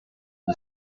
the